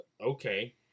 okay